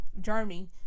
journey